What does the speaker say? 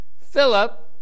Philip